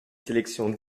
sélections